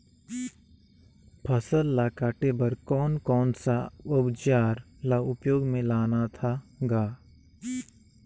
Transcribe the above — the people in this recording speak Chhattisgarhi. फसल ल काटे बर कौन कौन सा अउजार ल उपयोग में लानथा गा